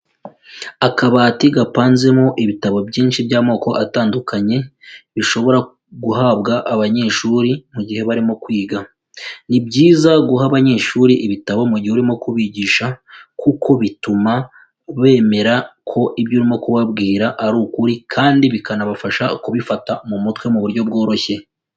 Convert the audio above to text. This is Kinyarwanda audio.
Akabati gapanzemo ibitabo byinshi by'amoko atandukanye bishobora guhabwa abanyeshuri mu gihe barimo kwiga. Ni byiza guha abanyeshuri ibitabo mu gihe urimo kubigisha kuko bituma bemera ko ibyo urimo kubabwira ari ukuri kandi bikanabafasha kubifata mu mutwe mu buryo bworoshye.